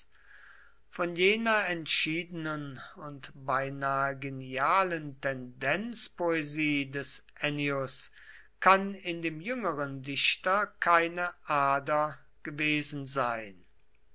von jener entschiedenen und beinahe genialen tendenzpoesie des ennius kann in dem jüngeren dichter keine ader gewesen sein